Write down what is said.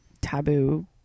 taboo